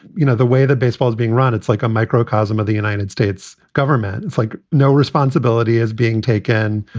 you know, the way that baseball is being run. it's like a microcosm of the united states government. it's like no responsibility is being taken.